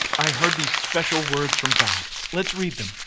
i heard these special words from god. let's read them.